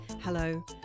Hello